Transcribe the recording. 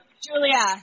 Julia